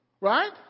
right